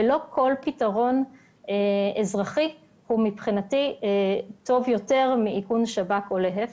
ולא כל פתרון אזרחי הוא טוב יותר מאיכון שב"כ או להפך.